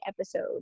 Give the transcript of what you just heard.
episode